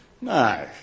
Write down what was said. No